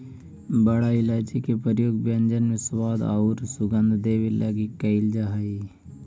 बड़ा इलायची के प्रयोग व्यंजन में स्वाद औउर सुगंध देवे लगी कैइल जा हई